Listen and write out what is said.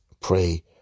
pray